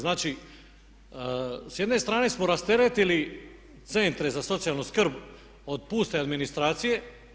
Znači, s jedne strane smo rasteretili centre za socijalnu skrb od puste administracije.